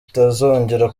itazongera